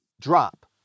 drop